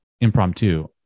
impromptu